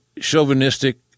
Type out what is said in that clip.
chauvinistic